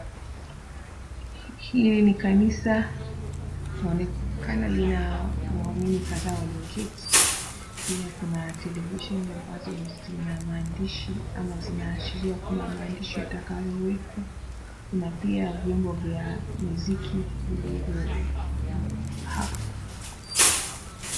Hili ni kanisa, linaonekana lina waumini kadhaa walioketi. Pia kuna televisheni ambazo zina maandishi ama zinaashiria kuna maandishi yatakayowekwa na pia vyombo vya muziki vilivyo hapo.